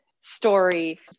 story